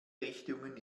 richtungen